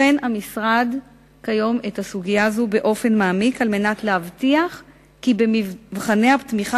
המשרד בוחן את הסוגיה הזאת באופן מעמיק על מנת להבטיח כי במבחני התמיכה,